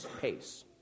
pace